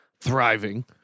thriving